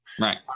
Right